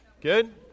Good